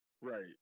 Right